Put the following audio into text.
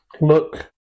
Look